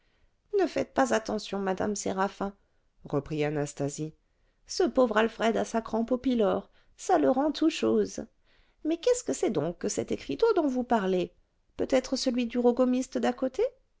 ne faites pas attention madame séraphin reprit anastasie ce pauvre alfred a sa crampe au pylore ça le rend tout chose mais qu'est-ce que c'est donc que cet écriteau dont vous parlez peut-être celui du rogomiste d'à côté